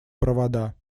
провода